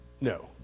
No